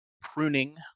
pruning